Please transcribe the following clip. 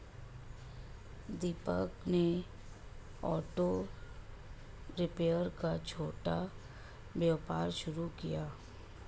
दीपक ने auto repair का छोटा व्यापार शुरू किया